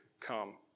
come